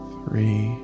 Three